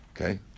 okay